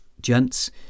gents